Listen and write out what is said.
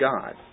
God